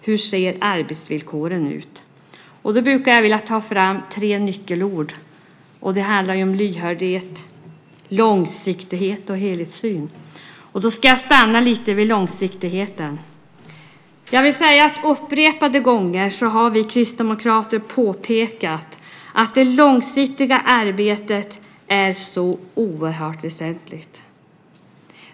Hur ser arbetsvillkoren ut? Här brukar jag ta fram tre nyckelord, nämligen lyhördhet, långsiktighet och helhetssyn. Låt mig något stanna till vid långsiktigheten. Vi kristdemokrater har upprepade gånger påpekat att det långsiktiga arbetet är oerhört väsentligt.